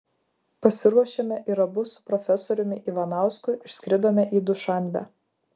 pasiruošėme ir abu su profesoriumi ivanausku išskridome į dušanbę